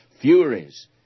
furies